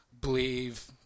believe